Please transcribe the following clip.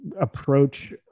approach